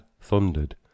thundered